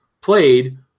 played